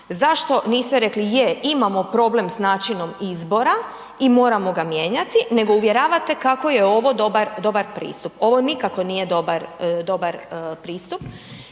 zašto niste rekli je imamo problem s načinom izbora i moramo ga mijenjati, nego uvjeravate kako je ovo dobar pristup, ovo nikako nije dobar pristup,